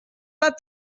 pas